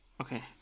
Okay